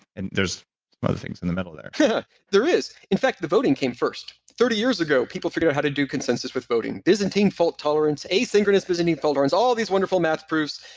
and there's some other things in the middle there yeah there is. in fact, the voting came first. thirty years ago, people figured out how to do consensus with voting. byzantine fault tolerance, asynchronous byzantine fault tolerance, all these wonderful math proofs,